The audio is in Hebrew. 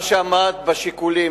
מה שעמד בשיקולים,